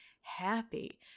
happy